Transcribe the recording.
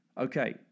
Okay